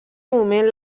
moment